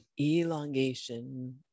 Elongation